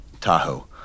Tahoe